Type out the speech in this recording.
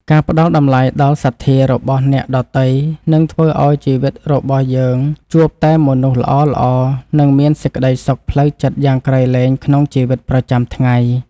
ការផ្តល់តម្លៃដល់សទ្ធារបស់អ្នកដទៃនឹងធ្វើឱ្យជីវិតរបស់យើងជួបតែមនុស្សល្អៗ និងមានសេចក្តីសុខផ្លូវចិត្តយ៉ាងក្រៃលែងក្នុងជីវិតប្រចាំថ្ងៃ។